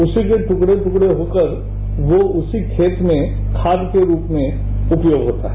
उसी को दुकड़े दुकड़े होकर वो उसी खेत में खाद के रूप में उपयोग हो सकेगी